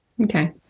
okay